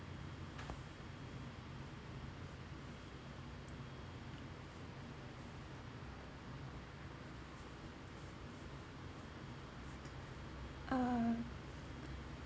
uh